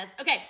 Okay